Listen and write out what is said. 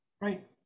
Right